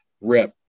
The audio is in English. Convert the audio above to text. rip